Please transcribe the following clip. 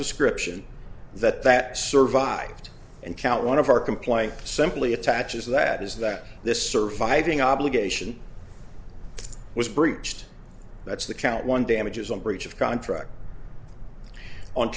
description that that survived and count one of our complaint simply attaches that is that this surviving obligation was breached that's the count one damages on breach of contract on